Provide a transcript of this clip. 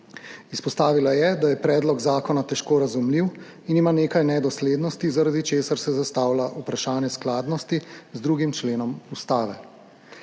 Izpostavila je, da je predlog zakona težko razumljiv in ima nekaj nedoslednosti, zaradi česar se zastavlja vprašanje skladnosti z 2. členom Ustave.